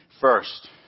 first